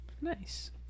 Nice